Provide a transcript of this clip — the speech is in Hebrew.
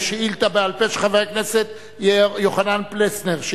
שאילתא בעל-פה של חבר הכנסת יוחנן פלסנר,